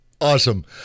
awesome